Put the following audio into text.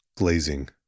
Glazing